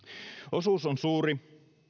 osuus on suuri